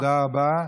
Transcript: תודה רבה.